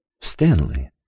Stanley